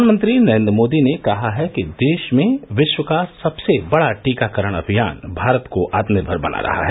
प्रधानमंत्री नरेन्द्र मोदी ने कहा है कि देश में विश्व का सबसे बड़ा टीकाकरण अभियान भारत को आत्मनिर्मर बना रहा है